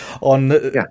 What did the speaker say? on